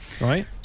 Right